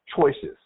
choices